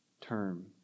term